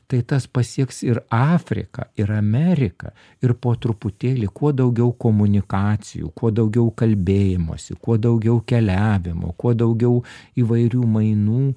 tai tas pasieks ir afriką ir ameriką ir po truputėlį kuo daugiau komunikacijų kuo daugiau kalbėjimosi kuo daugiau keliavimo kuo daugiau įvairių mainų